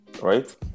Right